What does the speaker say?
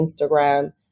Instagram